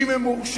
בין אם הורשע